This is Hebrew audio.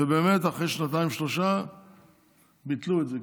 ובאמת אחרי שנתיים-שלוש ביטלו את זה,